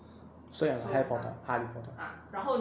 所以哈利波特哈利波特